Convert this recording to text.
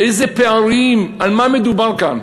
איזה פערים, על מה מדובר כאן?